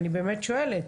אני באמת שואלת.